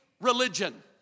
religion